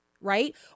Right